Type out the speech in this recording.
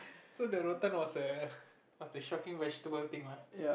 so the was the shocking vegetable thing lah